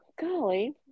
golly